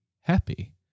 happy